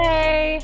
Hey